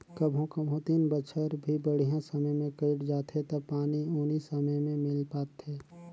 कभों कभों तीन बच्छर भी बड़िहा समय मे कइट जाथें त पानी उनी समे मे मिल पाथे